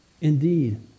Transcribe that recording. Indeed